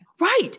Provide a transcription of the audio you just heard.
Right